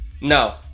no